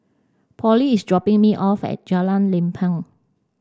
Pollie is dropping me off at Jalan Lempeng